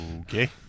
okay